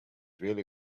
really